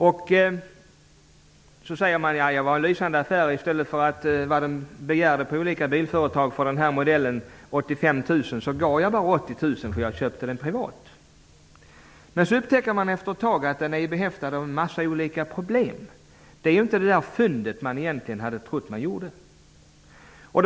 Man säger: Det var en lysande affär. I stället för att betala 85 00 som de begärde på olika ställen för den här modellen behövde jag bara ge 80 000, eftersom jag köpte den privat. Efter ett tag upptäcker man att bilen är behäftad med en massa olika problem; den var egentligen inte ett sådant fynd som man hade trott.